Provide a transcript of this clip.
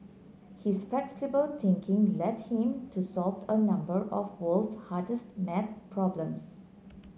his flexible thinking led him to solved a number of world's hardest maths problems